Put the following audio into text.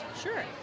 Sure